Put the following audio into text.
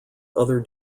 other